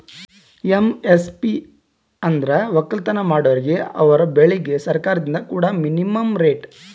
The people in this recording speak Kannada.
ಎಮ್.ಎಸ್.ಪಿ ಅಂದ್ರ ವಕ್ಕಲತನ್ ಮಾಡೋರಿಗ ಅವರ್ ಬೆಳಿಗ್ ಸರ್ಕಾರ್ದಿಂದ್ ಕೊಡಾ ಮಿನಿಮಂ ರೇಟ್